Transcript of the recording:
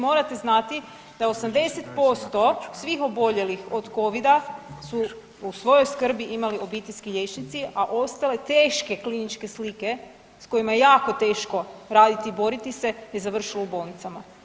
Morate znati da 80% svih oboljelih od covida su u svojoj skrbi imali obiteljski liječnici, a ostale teške kliničke slike s kojima je jako teško raditi i boriti se je završilo u bolnicama.